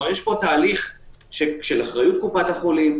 כלומר יש פה תהליך של אחריות קופת החולים,